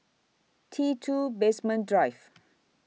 T two Basement Drive